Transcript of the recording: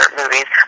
movies